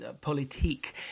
politique